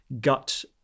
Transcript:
gut